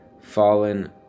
fallen